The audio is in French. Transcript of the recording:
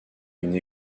une